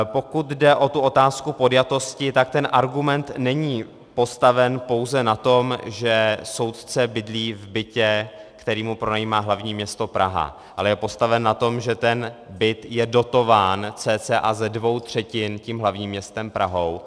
Pokud jde o otázku podjatosti, tak argument není postaven pouze na tom, že soudce bydlí v bytě, který mu pronajímá hlavní město Praha, ale je postaven na tom, že byt je dotován cca ze dvou třetin hlavním městem Prahou.